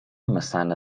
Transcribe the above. massana